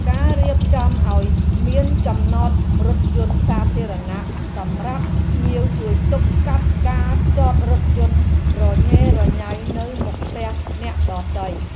ការរៀបចំឱ្យមានចំណតរថយន្តសាធារណៈសម្រាប់ភ្ញៀវជួយទប់ស្កាត់ការចតរថយន្តរញ៉េរញ៉ៃនៅមុខផ្ទះអ្នកដទៃ។